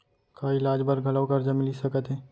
का इलाज बर घलव करजा मिलिस सकत हे?